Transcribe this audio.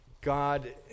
God